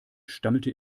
stammelte